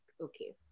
okay